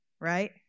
Right